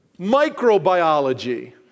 microbiology